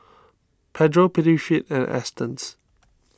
Pedro Prettyfit and Astons